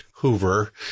hoover